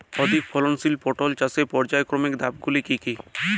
অধিক ফলনশীল পটল চাষের পর্যায়ক্রমিক ধাপগুলি কি কি?